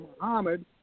Muhammad